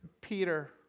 Peter